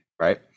right